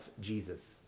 Jesus